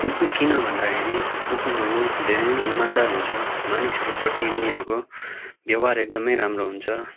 कुकुर किन भन्दाखेरि कुकुरहरू धेरै नै इमान्दार हुन्छ मानिसहरूप्रति उनीहरूको व्यवहार एकदमै राम्रो हुन्छ